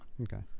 okay